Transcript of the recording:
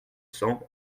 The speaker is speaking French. cents